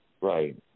Right